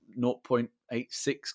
0.86